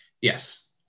yes